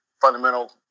fundamental